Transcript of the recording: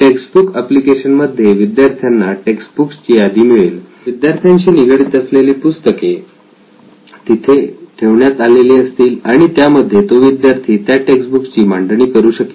textbook application मध्ये विद्यार्थ्यांना textbooks ची यादी मिळेल त्या विद्यार्थ्यांशी निगडित असलेली पुस्तके तिथे हे ठेवण्यात आलेली असतील आणि त्यामध्ये तो विद्यार्थी त्या टेक्स्ट बुक्स ची मांडणी करू शकेल